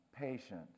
patient